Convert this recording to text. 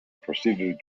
proceeded